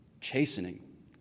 chastening